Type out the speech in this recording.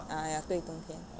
ah ya 对冬天